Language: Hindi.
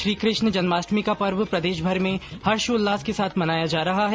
श्रीकृष्ण जन्माष्टमी का पर्व प्रदेशभर में हर्षोल्लास के साथ मनाया जा रहा है